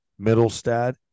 Middlestad